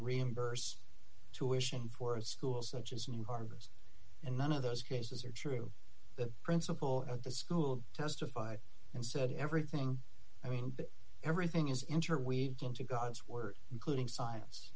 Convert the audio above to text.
reimburse tuition for a school such as new harvest and none of those cases are true the principal at the school testified and said everything i mean everything is interweaved into god's word including science